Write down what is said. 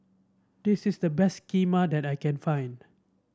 this is the best Kheema that I can find